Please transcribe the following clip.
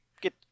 Get